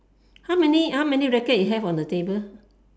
how many how many racket you have on the table